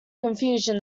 confusion